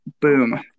Boom